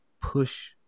push